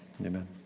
amen